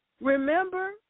Remember